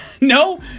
No